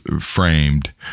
framed